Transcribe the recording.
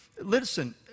listen